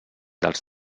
dels